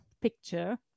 picture